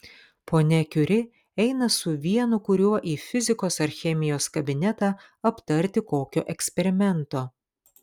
ponia kiuri eina su vienu kuriuo į fizikos ar chemijos kabinetą aptarti kokio eksperimento